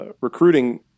recruiting